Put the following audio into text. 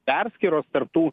perskyros tarp tų